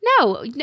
No